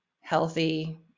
healthy